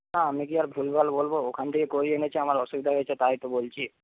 না আমি কি আর ভুলভাল বলব ওখান থেকে করিয়ে এনেছি আমার অসুবিধা হয়েছে তাই তো বলছি